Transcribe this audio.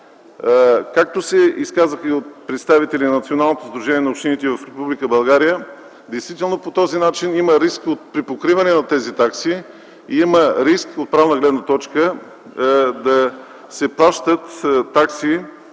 Както се изказаха и представители на Националното сдружение на общините в Република България действително по този начин има риск от препокриване на тези такси и има риск от правна гледна точка да се плащат такси